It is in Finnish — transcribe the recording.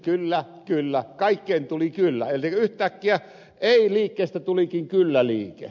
kyllä kyllä kaikkeen tuli kyllä elikkä yhtäkkiä ei liikkeestä tulikin kyllä liike